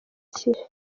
icyi